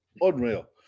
unreal